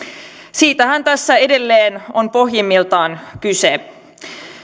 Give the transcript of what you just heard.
siitähän tässä edelleen on pohjimmiltaan kyse